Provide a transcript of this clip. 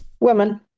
Women